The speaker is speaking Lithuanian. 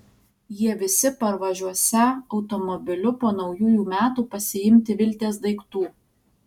jie visi parvažiuosią automobiliu po naujųjų metų pasiimti viltės daiktų